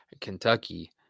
Kentucky